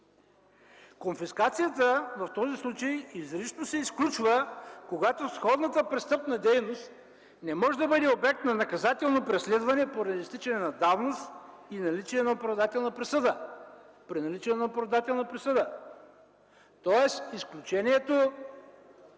конфискацията изрично се изключва, когато сходната престъпна дейност не може да бъде обект на наказателно преследване поради изтичане на давност и наличие на оправдателна присъда. Тоест изключението